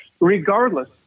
regardless